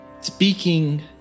Speaking